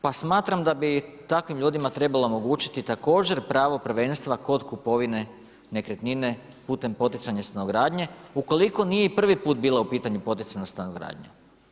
Pa smatram da bi takvim ljudima trebalo omogućiti, također pravo prvenstva kod kupovine nekretnine, putem poticanja stanogradnje, ukoliko nije prvi put bilo u pitanju poticajna stanogradnja.